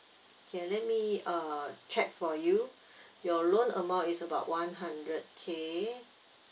okay let me uh check for you your loan amount is about one hundred K